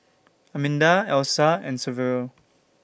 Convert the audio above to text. Arminda Elsa and Saverio